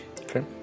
Okay